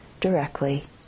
directly